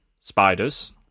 spiders